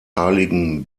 heiligen